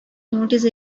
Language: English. noticed